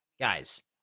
guys